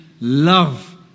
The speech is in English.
love